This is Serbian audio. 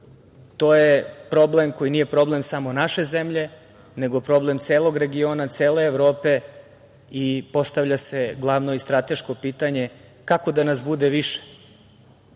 je problem koji nije problem samo naše zemlje, nego problem celog regiona, cele Evrope i postavlja se glavno i strateško pitanje - kako da nas bude više?